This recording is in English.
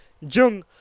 Jung